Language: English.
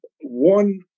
one